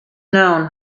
known